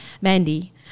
Mandy